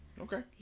Okay